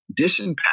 disempowered